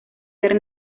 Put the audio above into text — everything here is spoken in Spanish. ser